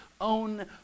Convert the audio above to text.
own